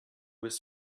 was